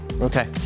Okay